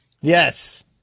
Yes